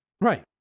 Right